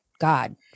God